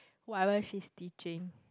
whatever she's teaching